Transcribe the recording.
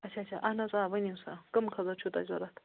اَچھا اَچھا اَہَن حظ آ ؤنِو سا کٕم خٔزٕر چھُو تۄہہِ ضروٗرت